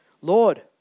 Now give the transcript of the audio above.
Lord